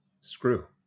Screw